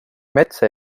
metsa